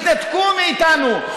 התנתקו מאיתנו,